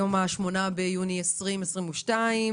היום ה-8 ביוני 2022,